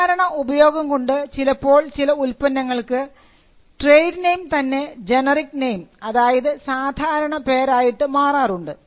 സാധാരണ ഉപയോഗം കൊണ്ട് ചിലപ്പോൾ ചില ഉൽപ്പന്നങ്ങൾക്ക് ട്രേഡ് നെയിം തന്നെ ജനറിക് നെയിം അതായത് സാധാരണ പേരായിട്ട് മാറാറുണ്ട്